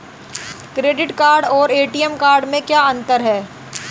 Credit card और ATM card में क्या अंतर है?